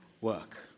work